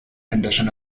condition